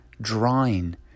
drawing